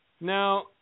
Now